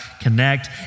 connect